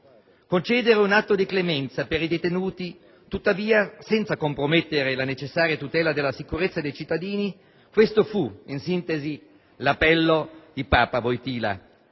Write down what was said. Concedere un atto di clemenza per i detenuti, senza tuttavia compromettere la necessaria tutela della sicurezza dei cittadini: questo fu, in sintesi, l'appello di Papa Wojtyla